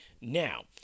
now